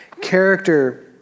character